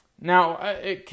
Now